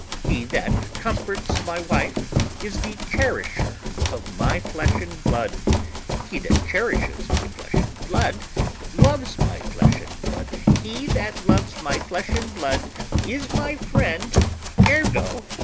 he that comforts my wife is the cherisher of my flesh and blood he that cherishes my flesh and blood loves my flesh and blood he that loves my flesh and blood is my friend ergo,